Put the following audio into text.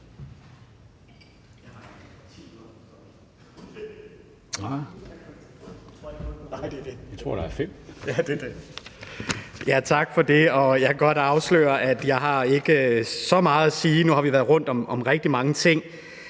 Tak for det. Jeg kan godt afsløre, at jeg ikke har så meget at sige. Nu har vi været rundt om rigtig mange ting,